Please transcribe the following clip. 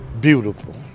Beautiful